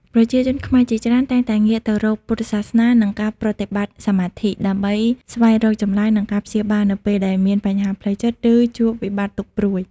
ប្រជាជនខ្មែរជាច្រើនតែងតែងាកទៅរកពុទ្ធសាសនា និងការប្រតិបត្តិសមាធិ ដើម្បីស្វែងរកចម្លើយ និងការព្យាបាលនៅពេលដែលមានបញ្ហាផ្លូវចិត្តឬជួបវិបត្តិទុកព្រួយ។